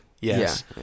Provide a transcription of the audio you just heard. Yes